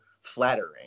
flattering